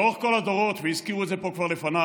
לאורך כל הדורות, והזכירו את זה פה כבר לפניי,